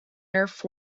nerf